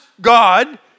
God